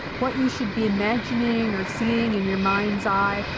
what you should be imagining or seeing in your mind's eye,